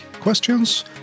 questions